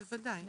בוודאי.